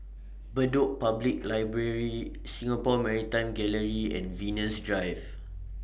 Bedok Public Library Singapore Maritime Gallery and Venus Drive